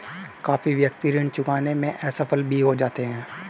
काफी व्यक्ति ऋण चुकाने में असफल भी हो जाते हैं